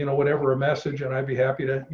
you know whatever a message and i'd be happy to. you